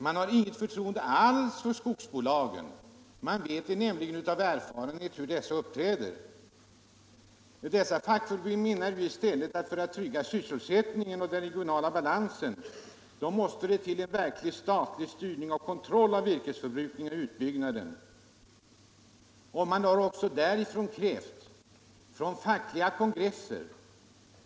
Man har inget förtroende alls för skogsbolagen. Man vet nämligen av erfarenhet hur de uppträder. För att trygga sysselsättningen och den regionala balansen måste det, menar dessa fackförbund, till en verklig statlig styrning och kontroll av virkesförbrukningen och utbyggnaden.